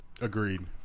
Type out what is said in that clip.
Agreed